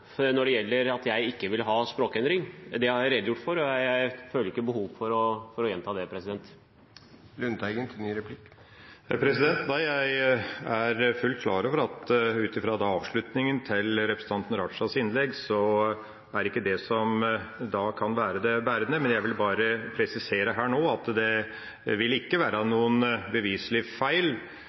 når det gjelder at jeg ikke vil ha språkendring. Det har jeg redegjort for, og jeg føler ikke behov for å gjenta det. Jeg er fullt klar over, ut fra avslutninga av representanten Rajas innlegg, at det ikke er det som kan være det bærende. Jeg vil bare presisere her nå at det ikke vil være noen beviselig feil